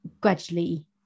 gradually